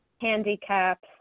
handicaps